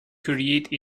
create